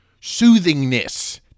Soothingness